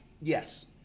yes